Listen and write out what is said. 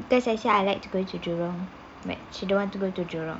because actually I like to go to jurong but she don't want to go to jurong